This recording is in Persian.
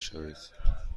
شوید